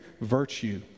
virtue